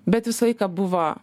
bet vis laiką buvo